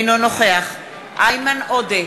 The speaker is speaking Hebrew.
אינו נוכח איימן עודה,